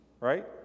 Right